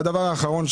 והדבר האחרון,